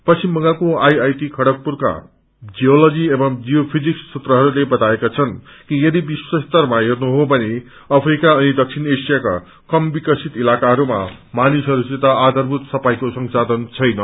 पश्विम बंगालको आईआईटिखड्गपुरका जियोलजी एवं जियोफिजिक्स सूत्रहरूले बताएका छन् कि यदि विश्वस्तरमा हेनु हो यने अफ्रिका अनि दक्षिण एशियका कम विकसित इलाकाहमा मानिसहस्सित आयारमूत सफाईको संसाधन छैन